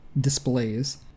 displays